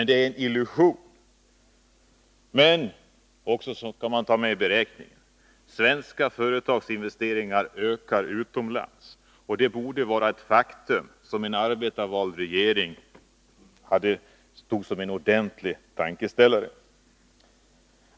Det är en illusion. Men — och det skall man också ta med i beräkningen — svenska företagsinvesteringar ökar utomlands, ett faktum som borde ge en arbetarvald regering en ordentlig tankeställare.